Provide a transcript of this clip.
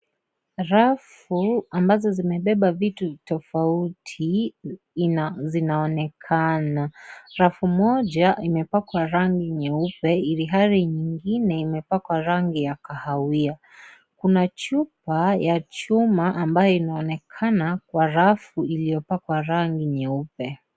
Rafu ambazo zimebeba vitu tofauti zinaonekana. Rafu moja, imepakwa rangi nyeupe, ilhali nyingine imepakwa rangi ya kahawia. Kuna chupa ya chuma ambayo inaonekana kwa rafu iliyopakwa rangi nyeupe.